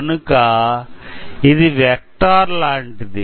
కనుక ఇది వెక్టార్ లాంటిది